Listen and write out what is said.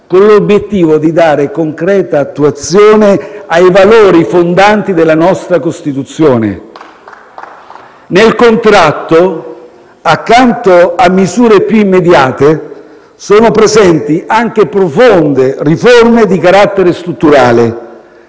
con l'obiettivo di dare concreta attuazione ai valori fondanti della nostra Costituzione. *(Applausi del senatore Buccarella).* Nel contratto, accanto a misure più immediate, sono presenti anche profonde riforme di carattere strutturale.